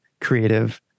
creative